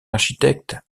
architecte